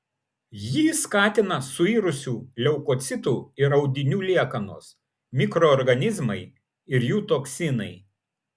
jį skatina suirusių leukocitų ir audinių liekanos mikroorganizmai ir jų toksinai